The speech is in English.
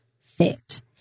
fit